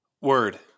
Word